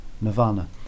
Nirvana